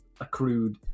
accrued